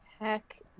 heck